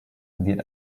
wird